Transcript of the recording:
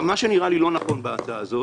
מה שנראה לי לא נכון בהצעה זו